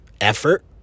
effort